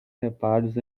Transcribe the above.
reparos